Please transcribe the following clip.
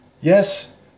Yes